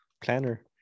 planner